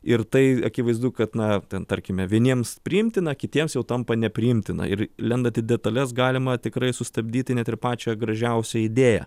ir tai akivaizdu kad na ten tarkime vieniems priimtina kitiems jau tampa nepriimtina ir lendant į detales galima tikrai sustabdyti net ir pačią gražiausią idėją